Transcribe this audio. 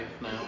now